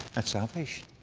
that's salvation.